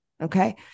Okay